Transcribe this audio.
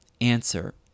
Answer